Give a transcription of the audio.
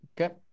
okay